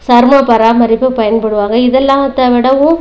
சர்ம பராமரிப்பு பயன்படுவாங்கள் இது எல்லாத்தை விடவும்